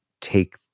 take